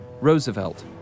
Roosevelt